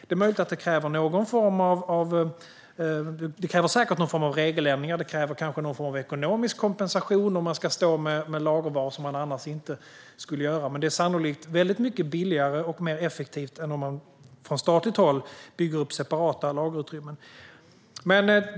Detta kräver säkert någon form av regeländringar och kanske någon form av ekonomisk kompensation om man ska stå med varor som man annars inte skulle lagerhålla, men det är sannolikt väldigt mycket billigare och mer effektivt än att från statligt håll bygga upp separata lagerutrymmen.